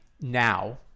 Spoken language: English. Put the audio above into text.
now